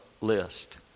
list